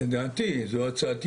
לדעתי זו הצעתי,